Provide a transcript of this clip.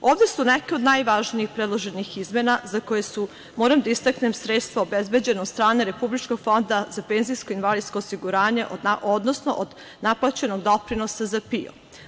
Ovde su neke od najvažnijih predloženih izmena za koje su, moram da istaknem, sredstva obezbeđena od strane Republičkog fonda za penzijsko i invalidsko osiguranje, odnosno od naplaćenog doprinosa za PIO.